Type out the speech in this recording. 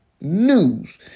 news